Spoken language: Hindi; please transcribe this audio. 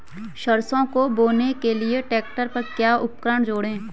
सरसों को बोने के लिये ट्रैक्टर पर क्या उपकरण जोड़ें?